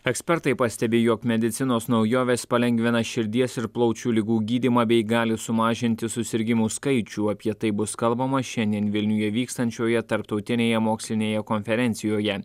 ekspertai pastebi jog medicinos naujovės palengvina širdies ir plaučių ligų gydymą bei gali sumažinti susirgimų skaičių apie tai bus kalbama šiandien vilniuje vykstančioje tarptautinėje mokslinėje konferencijoje